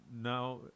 now